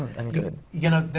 and good. you know,